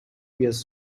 gps